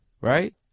right